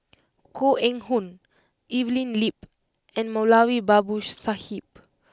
Koh Eng Hoon Evelyn Lip and Moulavi Babu Sahib